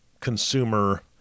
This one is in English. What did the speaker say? consumer